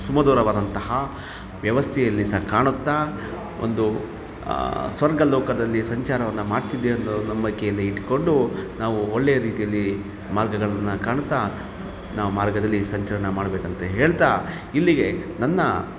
ಸುಮಧುರವಾದಂತಹ ವ್ಯವಸ್ಥೆಯಲ್ಲಿ ಸಹ ಕಾಣುತ್ತಾ ಒಂದು ಸ್ವರ್ಗ ಲೋಕದಲ್ಲಿ ಸಂಚಾರವನ್ನು ಮಾಡ್ತಿದ್ದೆ ಅನ್ನೋ ನಂಬಿಕೆಯಲ್ಲಿ ಇಟ್ಟುಕೊಂಡು ನಾವು ಒಳ್ಳೆಯ ರೀತಿಯಲ್ಲಿ ಮಾರ್ಗಗಳನ್ನು ಕಾಣುತ್ತಾ ನಾವು ಮಾರ್ಗದಲ್ಲಿ ಸಂಚಾರನ್ನ ಮಾಡಬೇಕಂತ ಹೇಳ್ತಾ ಇಲ್ಲಿಗೆ ನನ್ನ